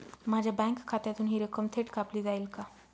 माझ्या बँक खात्यातून हि रक्कम थेट कापली जाईल का?